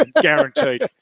Guaranteed